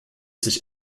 sich